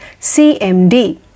CMD